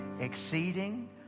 exceeding